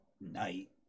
night